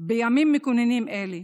בימים מכוננים אלה,